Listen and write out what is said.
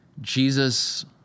Jesus